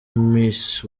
miss